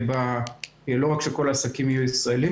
לא רק שכל העסקים יהיו ישראלים,